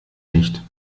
nicht